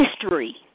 history